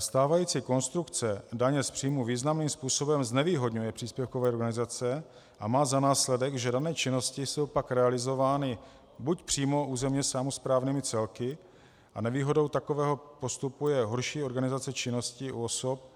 Stávající konstrukce daně z příjmů významným způsobem znevýhodňuje příspěvkové organizace a má za následek, že dané činnosti jsou pak realizovány buď přímo územně samosprávnými celky, a nevýhodou takového postupu je horší organizace činnosti u osob,